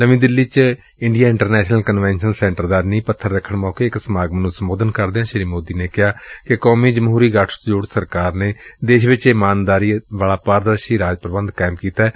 ਨਵੀਂ ਦਿੱਲੀ ਚ India International Convention Centre ਦਾ ਨੀਂਹ ਪੱਥਰ ਰੱਖਣ ਮੌਕੇ ਇਕ ਸਮਾਗਮ ਨੂੰ ਸੰਬੋਧਨ ਕਰਦਿਆਂ ਸ੍ਸੀ ਮੋਦੀ ਨੇ ਕਿਹਾ ਕਿ ਕੌਮੀ ਜਮਹੁਰੀ ਗਠਜੋੜ ਸਰਕਾਰ ਨੇ ਦੇਸ਼ ਵਿਚ ਈਮਾਰਦਾਰੀ ਵਾਲਾ ਪਾਰਦਰਸ਼ੀ ਰਾਜ ਪ੍ਰਬੰਧ ਕਾਇਮ ਕੀਤੈ